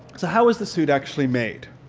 so how was the suit actually made?